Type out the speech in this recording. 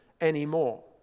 anymore